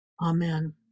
Amen